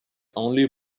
only